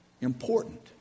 important